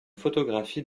photographie